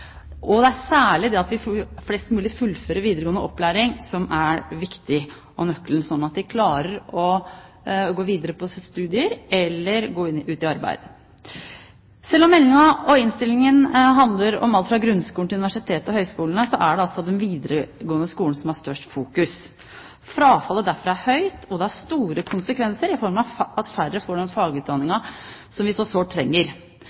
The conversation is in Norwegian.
samfunnet. Det er særlig det at flest mulig fullfører videregående opplæring som er viktig – og nøkkelen – slik at de klarer å gå videre på studier eller ut i arbeid. Selv om meldingen og innstillingen handler om alt fra grunnskolen til universitet og høyskolene, er det altså den videregående skolen som er i størst fokus. Frafallet derfra er høyt, og det gir store konsekvenser i form av at færre får den fagutdanningen som vi så sårt trenger.